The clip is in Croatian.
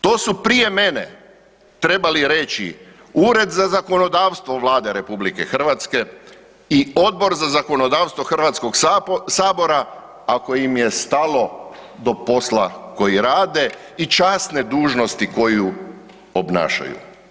To su prije mene trebali reći Ured za zakonodavstvo Vlade RH i Odbor za zakonodavstvo HS-a ako im je stalo do posla koji rade i časne dužnosti koju obnašaju.